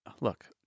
look